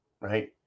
right